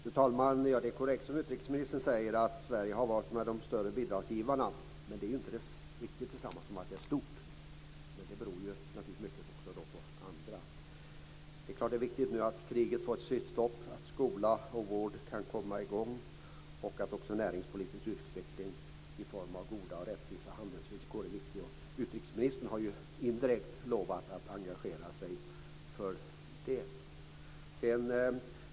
Fru talman! Det är korrekt som utrikesministern säger - Sverige har varit en av de större bidragsgivarna. Det är ju inte riktigt det samma som att biståndet är stort, men det beror naturligtvis också mycket på andra. Det är självfallet viktigt att kriget får att slutligt stopp och att skola och vård kan komma i gång. En näringspolitisk utveckling i form av goda och rättvisa handelsvillkor är också viktig, och utrikesministern har ju indirekt lovat att engagera sig för detta.